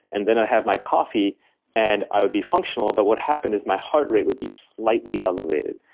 and then i had my coffer and i would be functional, but what happened is my heart rate would be slightly elevated,